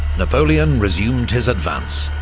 napoleon resumed his advance.